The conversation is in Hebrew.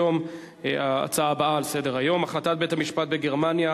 ההצעה הבאה על סדר-היום: החלטת בית-משפט בגרמניה